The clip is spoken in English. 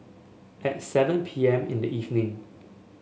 at seven P M in the evening